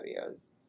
videos